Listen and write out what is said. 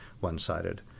one-sided